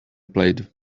played